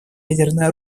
ядерное